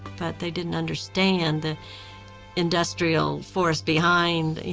but they didn't understand the industrial force behind,